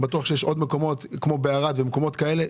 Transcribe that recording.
אני בטוח שיש עוד מקומות כמו בערד ומקומות כאלה.